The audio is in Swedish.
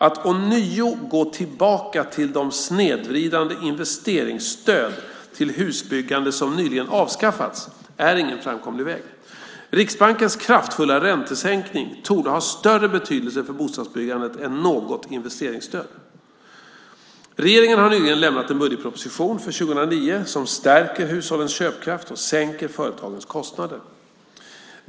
Att gå tillbaka till de snedvridande investeringsstöd till husbyggande som nyligen avskaffats är ingen framkomlig väg. Riksbankens kraftfulla räntesänkning torde ha större betydelse för bostadsbyggandet än något investeringsstöd. Regeringen har nyligen lämnat en budgetproposition för 2009 som stärker hushållens köpkraft och sänker företagens kostnader.